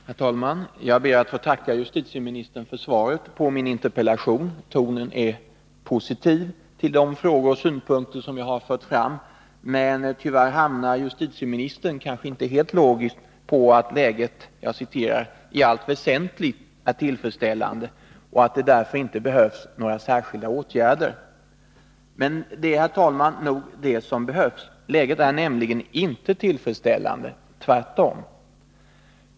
Herr talman! Jag ber att få tacka justitieministern för svaret på min interpellation. Tonen är positiv när det gäller de frågor och synpunkter som jag har fört fram, men tyvärr konstaterar justitieministern avslutningsvis — kanske inte helt logiskt — att läget ”i allt väsentligt” är tillfredsställande och att det därför inte behövs några särskilda åtgärder. Men det är, herr talman, det som behövs. Läget är nämligen inte tillfredsställande, tvärtom.